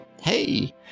Hey